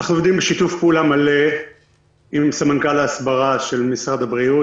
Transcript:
אנחנו עובדים בשיתוף פעולה מלא עם סמנכ"ל ההסברה של משרד הבריאות,